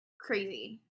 crazy